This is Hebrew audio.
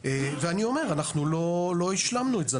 ואני אומר: אנחנו לא השלמנו את זה,